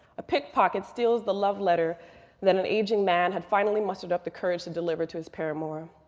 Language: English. a pickpocket steals the love letter that an aging man had finally mustered up the courage to deliver to his paramour.